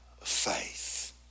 faith